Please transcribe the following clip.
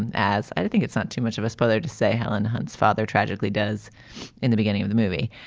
and as i think it's not too much of a spoiler to say helen hunt's father tragically does in the beginning of the movie.